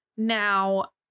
Now